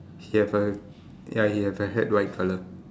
he have a ya he have a hat white colour